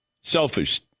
Selfish